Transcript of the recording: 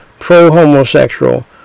pro-homosexual